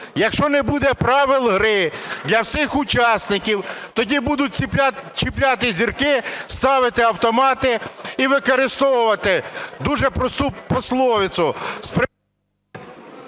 Якщо не буде правил гри для всіх учасників, тоді будуть чіпляти зірки, ставити автомати і використовувати дуже просту пословицу…